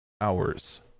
hours